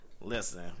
listen